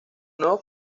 nuevos